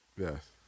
Yes